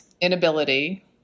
inability